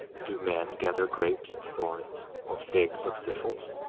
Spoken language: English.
do men gather grapes of thorns, or figs of thistles?